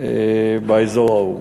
באזור ההוא.